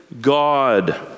God